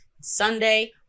Sunday